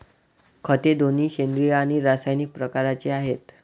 खते दोन्ही सेंद्रिय आणि रासायनिक प्रकारचे आहेत